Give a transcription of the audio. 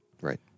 Right